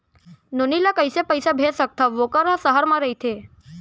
नोनी ल कइसे पइसा भेज सकथव वोकर ह सहर म रइथे?